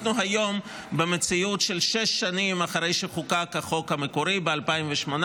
אנחנו היום במציאות של שש שנים אחרי שחוקק החוק המקורי ב-2018,